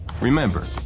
Remember